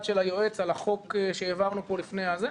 של היועץ על החוק שהעברנו פה לפני כן?